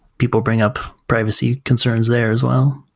people bring up privacy concerns there as well?